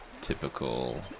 typical